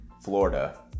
Florida